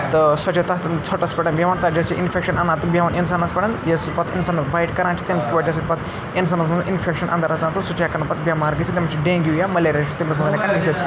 تہٕ سۄ چھےٚ تَتھ ژھۄٹھَس پٮ۪ٹھ بیٚہوان اِنفٮ۪کشَن اَنان تہٕ بیٚہوان اِنسانَس پٮ۪ٹھ ییٚلہِ سُہ پَتہٕ اِنسانَس بایِٹ کَران چھِ تَمہِ پَتہٕ اِنسانَس منٛز اِنفٮ۪کشَن اَنٛدَر آسان تہٕ سُہ چھِ ہٮ۪کَن پَتہٕ بٮ۪مار گٔژھِتھ تٔمِس چھِ ڈینٛگیوٗ یا مَلیریا چھِ تٔمِس منٛز ہٮ۪کَن گٔژھِتھ